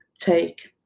take